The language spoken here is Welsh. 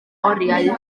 oriau